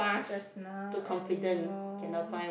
just now anymore